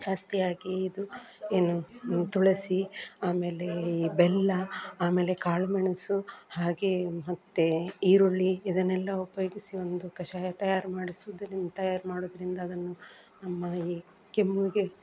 ಜಾಸ್ತಿಯಾಗಿ ಇದು ಏನು ತುಳಸಿ ಆಮೇಲೆ ಈ ಬೆಲ್ಲ ಆಮೇಲೆ ಕಾಳುಮೆಣಸು ಹಾಗೇ ಮತ್ತು ಈರುಳ್ಳಿ ಇದನ್ನೆಲ್ಲ ಉಪಯೋಗಿಸಿ ಒಂದು ಕಷಾಯ ತಯಾರು ಮಾಡಿಸೋದ್ರಿಂದ ತಯಾರು ಮಾಡುವುದ್ರಿಂದ ಅದನ್ನು ನಮ್ಮ ಈ ಕೆಮ್ಮಿಗೆ